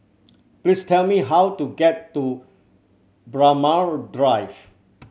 please tell me how to get to Braemar Drive